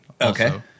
Okay